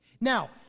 Now